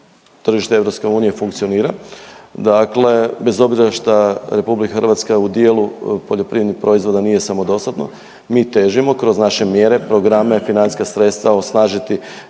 tržište EU funkcionira, dakle bez obzira šta RH u dijelu poljoprivrednih proizvoda nije samodostatno. Mi težimo kroz naše mjere, programe, financijska sredstva osnažiti